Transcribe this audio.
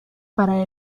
para